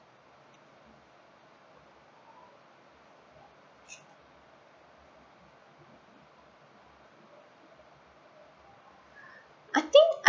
I think I